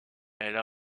elle